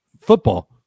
football